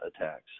attacks